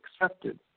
accepted